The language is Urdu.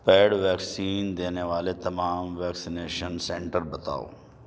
پیڈ ویکسین دینے والے تمام ویکسینیشن سنٹر بتاؤ